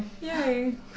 Yay